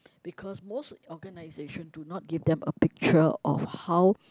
because most organisations do not give them a picture of how